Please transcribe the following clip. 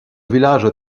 village